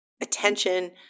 attention